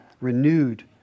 renewed